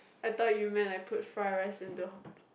I thought you meant like put fry rice in to